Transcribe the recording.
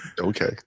Okay